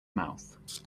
mouth